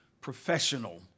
professional